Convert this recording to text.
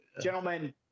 gentlemen